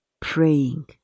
praying